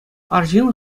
арҫын